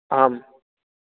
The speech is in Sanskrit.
आम्